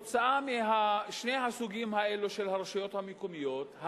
בגלל שני הסוגים האלה של הרשויות המקומיות,